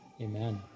amen